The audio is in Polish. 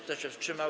Kto się wstrzymał?